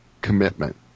commitment